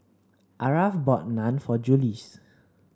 Aarav bought Naan for Juluis